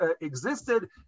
existed